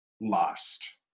lost